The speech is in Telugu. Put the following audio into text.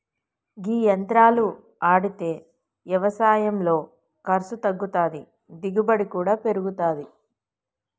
గీ యంత్రాలు ఆడితే యవసాయంలో ఖర్సు తగ్గుతాది, దిగుబడి కూడా పెరుగుతాది